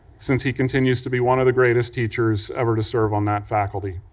since he continues to be one of the greatest teachers ever to serve on that faculty.